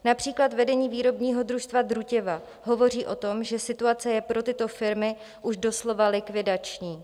Například vedení výrobního družstva Drutěva hovoří o tom, že situace je pro tyto firmy už doslova likvidační.